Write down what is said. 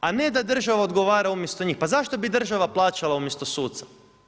A ne da država odgovara umjesto njih, pa zašto bi država plaćala umjesto suca?